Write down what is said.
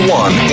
one